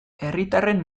herritarren